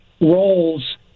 roles